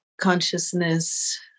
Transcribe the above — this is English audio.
consciousness